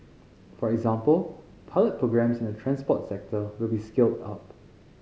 for example pilot programmes in the transport sector will be scaled up